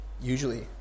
usually